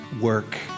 work